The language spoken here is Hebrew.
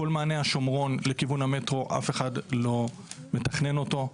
כל מענה השומרון לכיוון המטרו אף אחד לא מתכנן אותו,